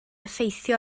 effeithio